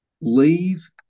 leave